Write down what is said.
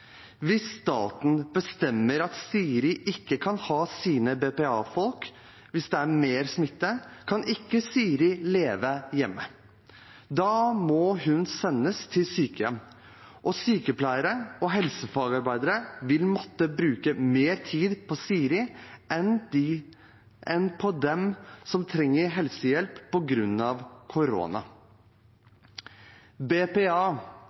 Hvis staten bestemmer at Siri ikke kan ha sine BPA-folk på grunn av mer smitte, kan ikke Siri leve hjemme. Da må hun sendes til sykehjem, og sykepleiere og helsefagarbeidere vil måtte bruke mer tid på Siri enn på dem som trenger helsehjelp på grunn av korona. BPA